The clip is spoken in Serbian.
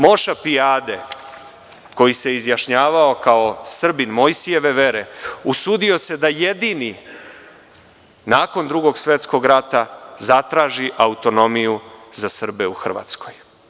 Moša Pijade, koji se izjašnjavao kao Srbin Mojsijeve vere, usudio se da jedini nakon Drugog svetskog rata zatraži autonomiju za Srbe u Hrvatskoj.